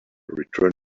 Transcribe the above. return